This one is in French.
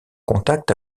contact